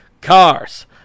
Cars